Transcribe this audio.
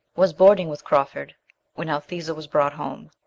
was boarding with crawford when althesa was brought home.